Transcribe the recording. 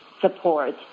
support